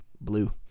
blue